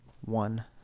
one